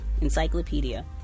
Encyclopedia